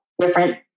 different